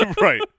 Right